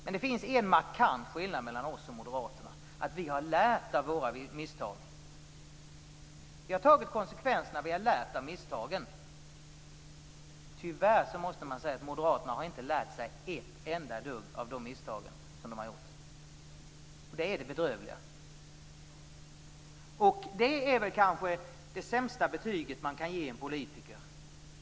Men det finns en markant skillnad mellan oss och moderaterna: Vi har lärt av våra misstag och tagit konsekvenserna. Tyvärr måste man säga att moderaterna inte har lärt sig ett enda dugg av misstagen som de gjort, och det är bedrövligt. Detta är det sämsta betyg man kan ge en politiker.